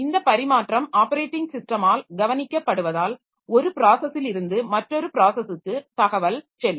இந்த பரிமாற்றம் ஆப்பரேட்டிங் ஸிஸ்டமால் கவனிக்கப்படுவதால் ஒரு ப்ராஸஸிலிருந்து மற்றொரு ப்ராஸஸுக்கு தகவல் செல்லும்